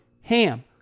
HAM